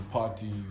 party